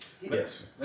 Yes